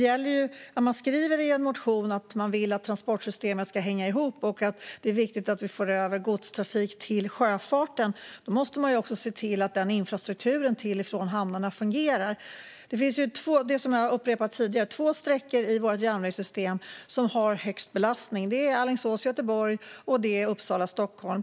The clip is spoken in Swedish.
När man skriver i en motion att man vill att transportsystemet ska hänga ihop och att det är viktigt att få över godstrafik till sjöfarten måste man också se till att infrastrukturen till och från hamnarna fungerar. Som jag har sagt tidigare är de två sträckor i vårt järnvägssystem som har högst belastning Alingsås-Göteborg och Uppsala-Stockholm.